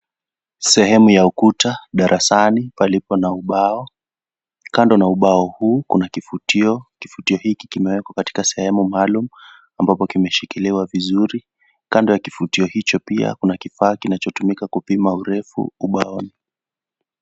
Sehemu ya ukuta darasani palipo na ubao kando na ubao huu kuna kifutio, kifutio hiki kimewekwa katika sehemu maalum ambapo kimeshikiliwa vizuri kando ya kifutio hicho pia kuna kifaa kinachotumika kupima urefu ubaoni.